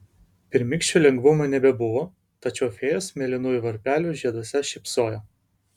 pirmykščio lengvumo nebebuvo tačiau fėjos mėlynųjų varpelių žieduose šypsojo